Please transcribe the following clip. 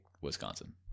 Wisconsin